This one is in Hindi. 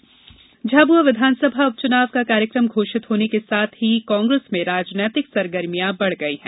विस उपचुनाव झाबुआ विधानसभा उप चुनाव कार्यक्रम घोषित होने के साथ ही कांग्रेस में राजनीतिक सरगर्मिया बढ़ गई हैं